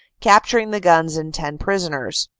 capturing the guns and ten prisoners.